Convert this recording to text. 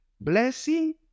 Blessing